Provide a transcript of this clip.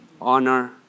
honor